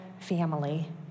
family